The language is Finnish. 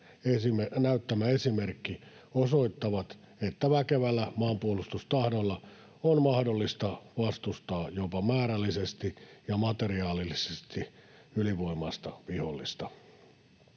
näyttämä esimerkki osoittavat, että väkevällä maanpuolustustahdolla on mahdollista vastustaa jopa määrällisesti ja materiaalisesti ylivoimaista vihollista.